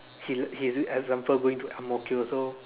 he he's example going to Ang-Mo-Kio so